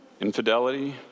Infidelity